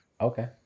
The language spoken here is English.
Okay